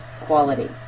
quality